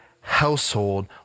household